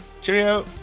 cheerio